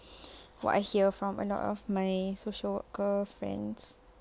what I hear from a lot of my social worker friends